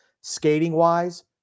skating-wise